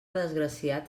desgraciat